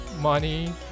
money